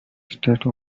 state